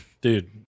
Dude